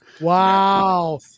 wow